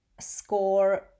score